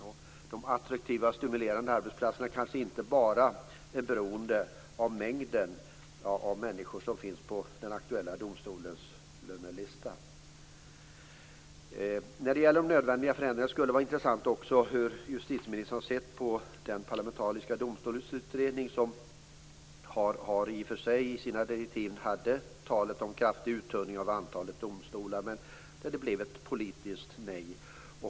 Att en arbetsplats är attraktiv och stimulerande kanske inte bara är beroende av mängden människor som finns på den aktuella domstolens lönelista. När det gäller de nödvändiga förändringarna skulle det också vara intressant att höra hur justitieministern har sett på den parlamentariska domstolsutredning som i och för sig i sina direktiv hade talet om kraftig uttunning av antalet domstolar, men som fick ett politiskt nej.